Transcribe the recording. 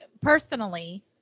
personally